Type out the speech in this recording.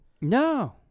No